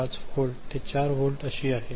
5 volt ते 4 volt अशी आहे